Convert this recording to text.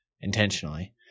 Intentionally